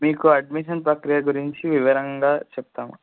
మీకు అడ్మిషన్ ప్రక్రియ గురించి వివరంగా చెప్తాము